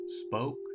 spoke